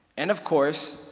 and of course,